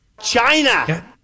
China